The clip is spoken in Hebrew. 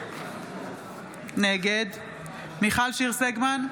נגד מיכל שיר סגמן,